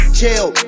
chill